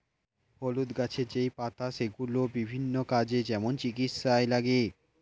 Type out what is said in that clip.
হলুদ গাছের যেই পাতা সেগুলো বিভিন্ন কাজে, যেমন চিকিৎসায় লাগে